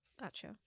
Gotcha